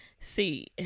see